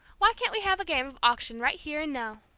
why can't we have a game of auction right here and now?